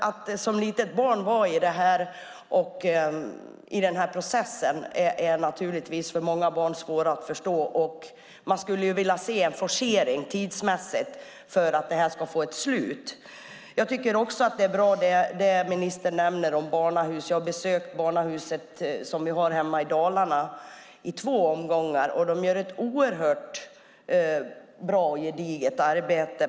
För många barn är processen svår att förstå, och man skulle vilja se en tidsmässig forcering för att nå ett slut. Det ministern nämner om barnahusen är bra. Jag har besökt barnahuset hemma i Dalarna i två omgångar, och där gör man ett mycket bra och gediget arbete.